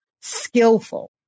skillful